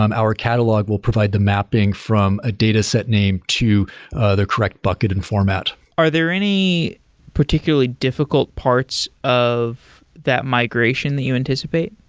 um our catalog will provide the mapping from a data set name to ah the correct bucket and format are there any particularly difficult parts of that migration that you anticipate?